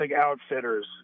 Outfitters